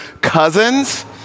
cousins